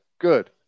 good